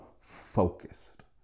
Focused